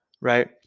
right